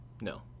No